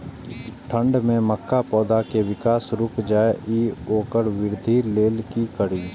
ठंढ में मक्का पौधा के विकास रूक जाय इ वोकर वृद्धि लेल कि करी?